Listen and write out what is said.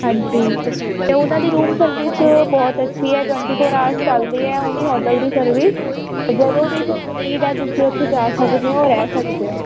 ਹਾਂਜੀ ਅਤੇ ਉਹਨਾਂ ਦੀ ਰੂਮ ਸਰਵਿਸ ਬਹੁਤ ਅੱਛੀ ਏ ਟਵੰਟੀ ਫ਼ੋਰ ਆਰਸ ਚੱਲਦੀ ਏ ਉਹਨੀ ਹੋਟਲ ਦੀ ਸਰਵਿਸ ਜਦੋਂ ਵੀ ਤੁਹਾਨੂੰ ਨੀਡ ਹੈ ਤੁਸੀਂ ਉੱਥੇ ਜਾ ਸਕਦੇ ਹੋ ਰਹਿ ਸਕਦੇ ਹੋ